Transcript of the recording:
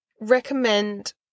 recommend –